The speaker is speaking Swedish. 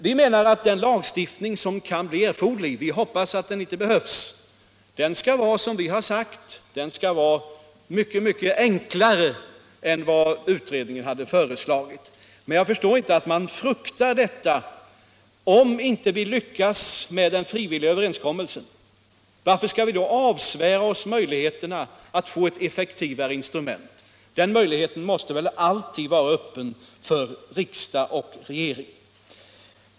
Vi menar att den lagstiftning som kan bli erforderlig — vi hoppas att den inte behövs — skall vara mycket enklare än vad utredningen hade föreslagit. Men jag förstår inte att man fruktar detta. Om vi inte lyckas med frivilliga överenskommelser, varför skall vi då avsvära oss möjligheten att få ett effektivare instrument? Den möjligheten måste väl alltid vara öppen för riksdag och regering.